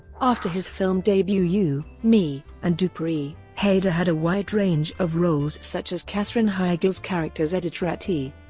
after his film debut you, me and dupree, hader had a wide range of roles such as katherine heigl's character's editor at e!